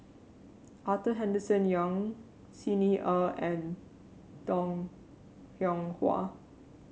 Arthur Henderson Young Xi Ni Er and Bong Hiong Hwa